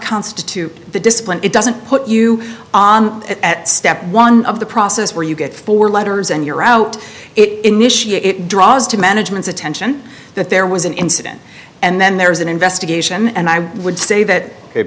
constitute the discipline it doesn't put you on at step one of the process where you get four letters and you're out it initiate it draws to management's attention that there was an incident and then there is an investigation and i would say that